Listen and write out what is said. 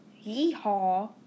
yee-haw